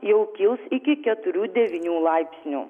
jau kils iki keturių devynių laipsnių